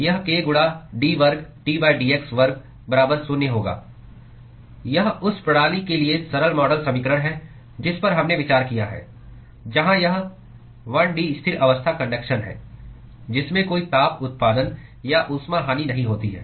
यह k गुणा d वर्ग T dx वर्ग बराबर शून्य होगा यह उस प्रणाली के लिए सरल मॉडल समीकरण है जिस पर हमने विचार किया है जहां यह 1 डी स्थिर अवस्था कन्डक्शन है जिसमें कोई ताप उत्पादनऊष्मा हानि नहीं होती है